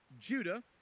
Judah